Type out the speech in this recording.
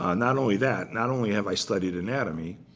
ah not only that, not only have i studied anatomy,